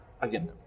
again